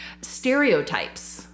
stereotypes